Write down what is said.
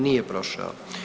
Nije prošao.